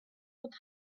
with